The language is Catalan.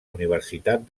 universitat